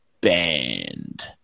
band